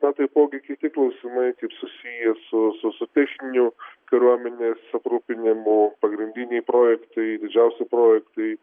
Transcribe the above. na taipogi kiti klausimai kaip susiję su su pirštinių kariuomenės aprūpinimu pagrindiniai projektui didžiausi projektai